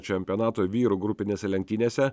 čempionato vyrų grupinėse lenktynėse